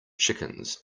chickens